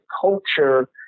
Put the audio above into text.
culture